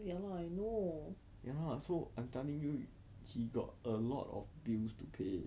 ya lah I know